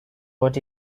what